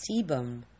sebum